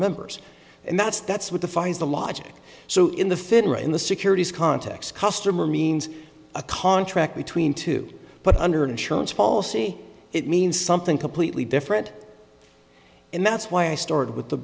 members and that's that's what the fine is the logic so in the finra in the securities context customer means a contract between two but under an insurance policy it means something completely different and that's why i started with the